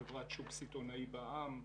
חברת שוק סיטונאי בע"מ.